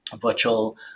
virtual